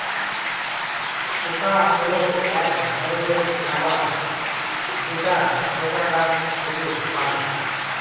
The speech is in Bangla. কোকো হল এক ধরনের খাবার যেটা কোকো গাছ থেকে পায়